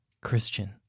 Christian